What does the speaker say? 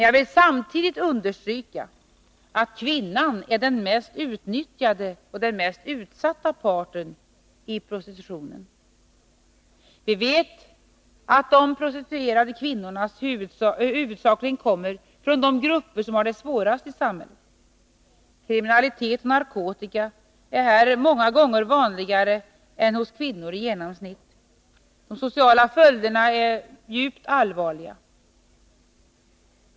Jag vill dock samtidigt understryka att kvinnan är den mest utnyttjade och den mest utsatta parten i prostitutionen. Vi vet att de prostituerade kvinnorna huvudsakligen kommer från de grupper som har det svårast i samhället. Kriminalitet och narkotika är här många gånger vanligare än hos kvinnor i genomsnitt. De sociala följderna är djupt allvarliga.